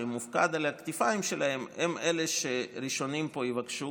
שמופקד על הכתפיים שלהם הם אלה שראשונים פה יבקשו